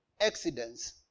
accidents